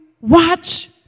watch